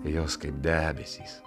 jos kaip debesys